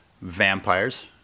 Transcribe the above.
vampires